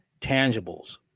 tangibles